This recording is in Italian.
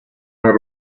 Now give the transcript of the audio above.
nel